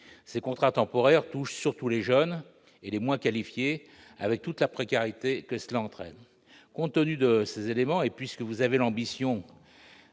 Ces contrats temporaires touchent surtout les jeunes et les moins qualifiés, avec toute la précarité que cela entraîne. Compte tenu de ces éléments, et puisque vous avez l'ambition